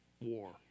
war